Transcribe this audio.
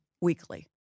weekly